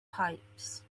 pipes